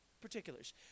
particulars